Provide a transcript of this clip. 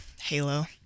Halo